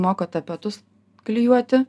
moka tapetus klijuoti